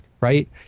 right